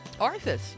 Arthas